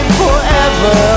forever